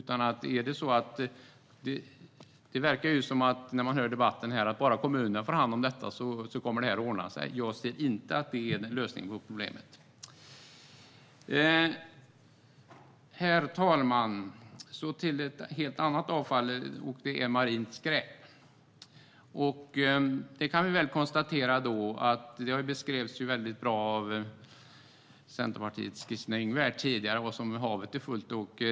När man hör debatten verkar det som om bara kommunerna får hand om detta kommer det att ordna sig. Men jag ser inte att det är lösningen på problemet. Herr talman! Så till ett annat avfall: marint skräp. Det beskrevs bra av Centerpartiets Kristina Yngwe vad havet är fullt av.